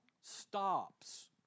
Stops